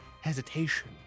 hesitation